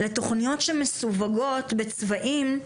לתוכניות שמסווגות בצבעים,